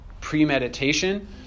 premeditation